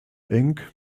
eng